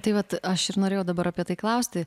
tai vat aš ir norėjau dabar apie tai klausti